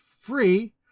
free